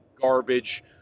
garbage